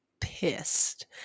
pissed